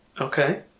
Okay